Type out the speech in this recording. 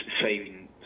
saving